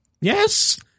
Yes